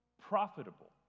profitable